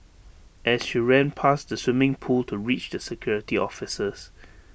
as she ran past the swimming pool to reach the security officers